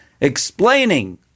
explaining